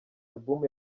album